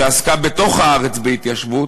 שעסקה בתוך הארץ בהתיישבות,